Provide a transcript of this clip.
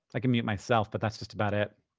i can mute myself, but that's just about it.